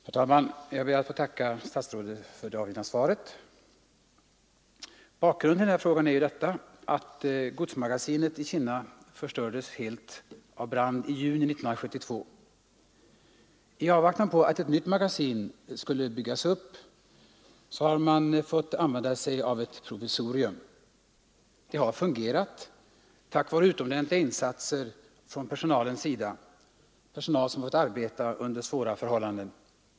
Herr talman! Jag ber att få tacka statsrådet för det avgivna svaret. Bakgrunden till frågan är att godsmagasinet i Kinna helt förstördes av brand i juni 1972. I avvaktan på att ett nytt magasin skulle byggas upp har man fått använda sig av ett provisorium. Det har fungerat, tack vare utomordentliga insatser av personalen, som fått arbeta under svåra förhållanden.